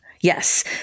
Yes